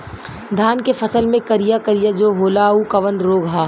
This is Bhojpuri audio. धान के फसल मे करिया करिया जो होला ऊ कवन रोग ह?